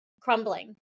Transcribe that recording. crumbling